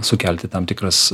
sukelti tam tikras